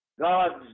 God's